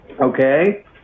Okay